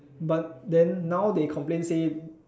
but then now they complain say